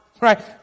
right